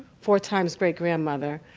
four times great grandmother,